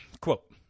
Quote